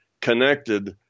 connected